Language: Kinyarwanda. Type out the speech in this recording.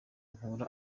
nkura